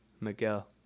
Miguel